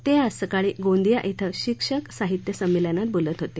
ते आज सकाळी गोंदिया इथं शिक्षक साहित्य संमेलनात बोलत होते